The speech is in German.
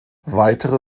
weitere